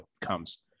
comes